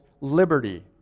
liberty